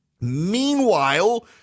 Meanwhile